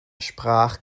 sprach